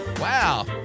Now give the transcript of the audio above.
Wow